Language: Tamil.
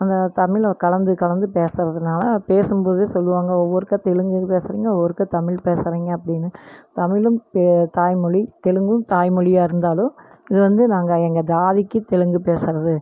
அந்த தமிழை கலந்து கலந்து பேசுகிறதுனால பேசும்போதே சொல்லுவாங்கள் ஒவ்வொருக்கா தெலுங்கு பேசுகிறிங்க ஒவ்வொருக்கா தமிழ் பேசுகிறிங்க அப்படின்னு தமிழும் தாய்மொழி தெலுங்கும் தாய்மொழியாக இருந்தாலும் இது வந்து நாங்கள் எங்கள் ஜாதிக்கு தெலுங்கு பேசுகிறது